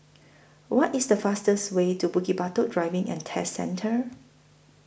What IS The fastest Way to Bukit Batok Driving and Test Centre